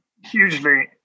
hugely